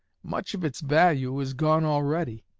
much of its value is gone already.